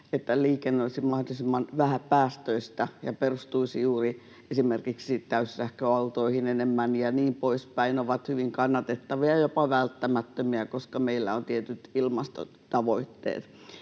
että liikenne olisi mahdollisimman vähäpäästöistä ja perustuisi juuri esimerkiksi täyssähköautoihin enemmän ja niin poispäin, ovat hyvin kannatettavia ja jopa välttämättömiä, koska meillä on tietyt ilmastotavoitteet.